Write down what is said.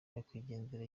nyakwigendera